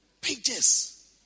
pages